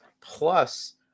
plus